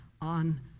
on